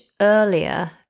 earlier